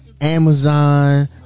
Amazon